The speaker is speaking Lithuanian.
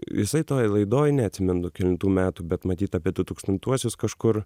jisai toj laidoj neatsimenu kelintų metų bet matyt apie du tūkstantuosius kažkur